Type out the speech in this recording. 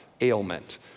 ailment